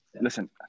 Listen